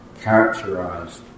characterized